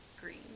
Green